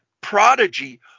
Prodigy